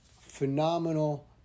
Phenomenal